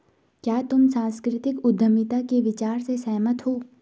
क्या तुम सांस्कृतिक उद्यमिता के विचार से सहमत हो?